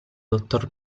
dottor